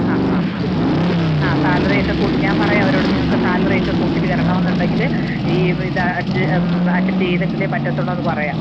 ആ ആ ആ ആ സാലറിയൊക്കെ കൂട്ടി ഞാൻ പറയാം അവരോട് നിങ്ങൾക്ക് സാലറിയൊക്കെ കൂട്ടി തരണമെന്നുണ്ടെങ്കിൽ ഈ അറ്റൻ്റ് ചെയ്തെങ്കിലേ പറ്റത്തുള്ളതെന്നു പറയുക